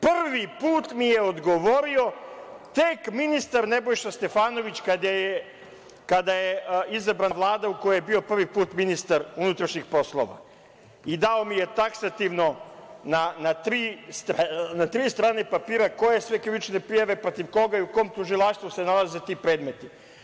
Prvi put mi je odgovorio tek ministar Nebojša Stefanović kada je izabrana Vlada u kojoj je bio prvi put ministar unutrašnjih poslova i dao mi je taksativno na tri strane papira koje sve krivične prijave, protiv koga i u kom tužilaštvu se nalaze ti predmeti.